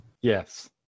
Yes